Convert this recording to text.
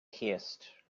haste